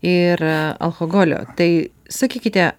ir alkoholio tai sakykite